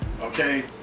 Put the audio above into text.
Okay